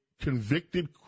convicted